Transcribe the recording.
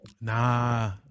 nah